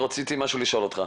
רציתי לשאול אותך משהו.